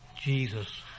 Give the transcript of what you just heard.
Jesus